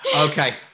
okay